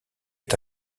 est